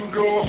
go